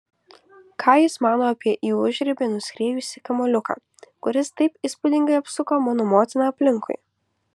ką jis mano apie į užribį nuskriejusi kamuoliuką kuris taip įspūdingai apsuko mano motiną aplinkui